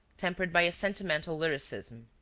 tempered by a sentimental lyricism.